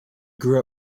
grew